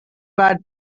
but